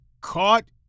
caught